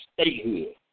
statehood